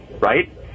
right